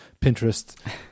pinterest